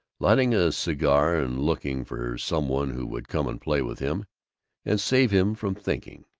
lighting a cigar and looking for some one who would come and play with him and save him from thinking.